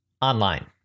online